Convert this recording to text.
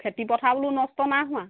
খেতি পথাৰ বোলো নষ্ট নাই হোৱা